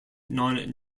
non